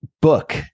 book